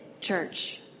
church